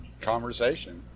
conversation